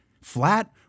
flat